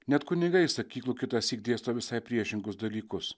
net kunigai iš sakyklų kitąsyk dėsto visai priešingus dalykus